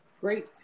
great